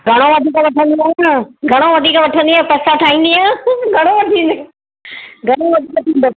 घणो वधीक वठंदी आहे न घणो वधीक वठंदी आहे न पैसा ठाईंदीअ घणो वठंदीअं घणो वधीक